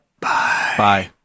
Bye